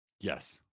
Yes